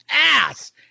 ass